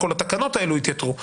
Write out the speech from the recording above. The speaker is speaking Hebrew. כל התקנות האלו יתייתרו,